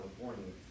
California